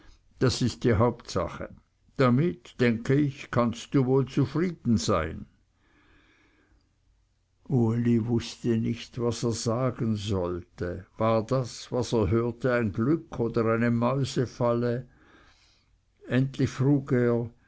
das ist die hauptsache damit denke ich kannst du wohl zufrieden sein uli wußte nicht was er sagen sollte war das was er hörte ein glück oder eine mäusefalle endlich frug